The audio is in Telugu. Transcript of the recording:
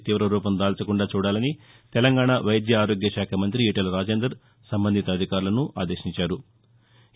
తీవరూపం దాల్చకుందా చూడాలని తెలంగాణ వైద్య ఆరోగ్యశాఖ మంతి ఈటెల రాజేందర్ సంబంధిత అధికారులను ఆదేశించారు